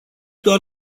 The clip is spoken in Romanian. doar